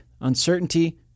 uncertainty